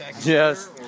Yes